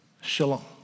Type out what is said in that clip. shalom